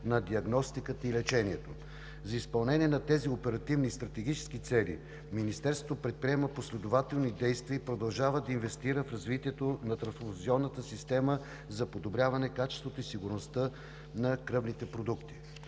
на диагностиката и лечението. За изпълнение на тези оперативни и стратегически цели Министерството предприема последователни действия и продължава да инвестира в развитието на трансфузионната система за подобряване качеството и сигурността на кръвните продукти.